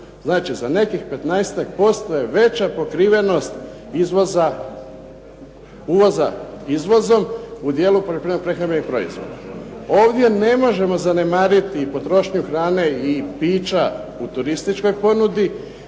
Znači, za nekih petnaestak posto je veća pokrivenost uvoza izvozom u dijelu poljoprivredno-prehrambenih proizvoda. Ovdje ne možemo zanemariti potrošnju hrane i pića u turističkoj ponudi.